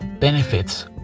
benefits